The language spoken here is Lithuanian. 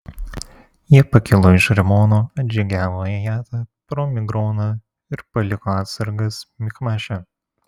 jie pakilo iš rimono atžygiavo į ajatą pro migroną ir paliko atsargas michmaše